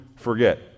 forget